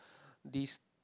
this